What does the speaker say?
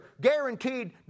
guaranteed